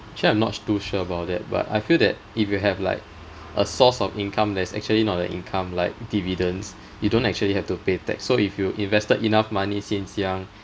actually I'm not too sure about that but I feel that if you have like a source of income that's actually not a income like dividends you don't actually have to pay tax so if you invested enough money since young